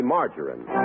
Margarine